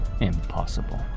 Impossible